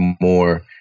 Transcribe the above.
more